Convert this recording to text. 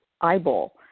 eyeball